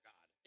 God